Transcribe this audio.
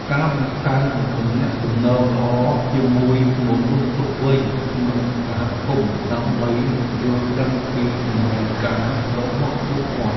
ការបង្កើនទំនាក់ទំនងល្អជាមួយមនុស្សគ្រប់វ័យក្នុងសហគមន៍ដើម្បីយល់ដឹងពីតម្រូវការរបស់ពួកគាត់។